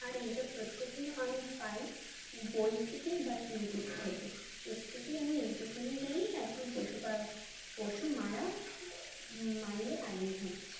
আর এইসব তথ্যগুলো আমি পাই বই থেকে বা ইউটিউব থেকে এর থেকেই আমি এইটুকুনি জানি এখন পশু বা পশু মারা মারলে আইন হচ্ছে